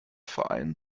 verein